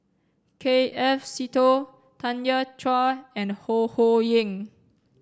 K F Seetoh Tanya Chua and Ho Ho Ying